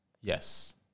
Yes